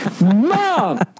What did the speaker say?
mom